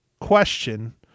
question